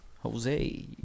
Jose